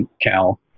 Cal